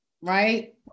right